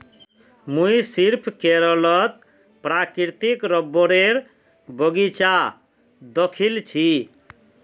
मुई सिर्फ केरलत प्राकृतिक रबरेर बगीचा दखिल छि